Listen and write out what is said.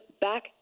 back